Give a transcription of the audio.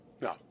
No